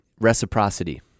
reciprocity